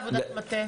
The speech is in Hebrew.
עד 14 יום.